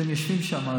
אתם יושבים שם,